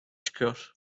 çıkıyor